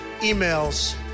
emails